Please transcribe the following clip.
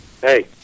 Hey